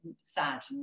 sad